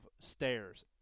stairs